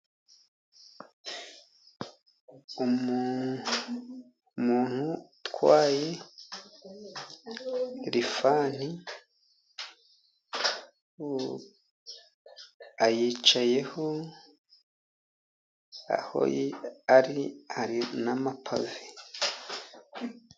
Umuntu utwaye lifani ayicayeho aho ari hari n'amapave.